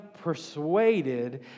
persuaded